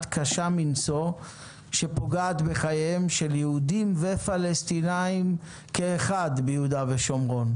קשה מנשוא שפוגעת בחייהם של יהודים ופלסטינים כאחד ביהודה ושומרון.